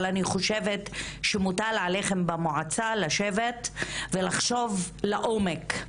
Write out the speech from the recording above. אבל אני חושבת שמוטל עליכם במועצה לשבת ולחשוב לעומק.